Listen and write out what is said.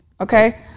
Okay